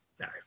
No